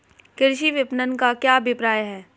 कृषि विपणन का क्या अभिप्राय है?